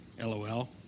lol